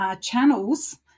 channels